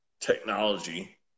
technology